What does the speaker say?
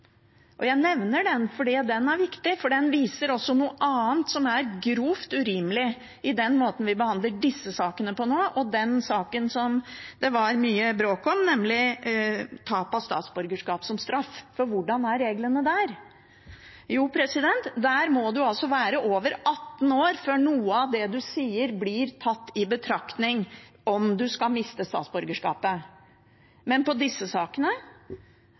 Jeg nevner den, fordi den er viktig, da den også viser noe annet som er grovt urimelig i måten vi behandler disse sakene på nå – og den saken det var mye bråk om – nemlig tap av statsborgerskap som straff. For hvordan er reglene der? Jo, der må man være over 18 år før noe av det man sier, blir tatt i betraktning, om man skal miste statsborgerskapet. I disse sakene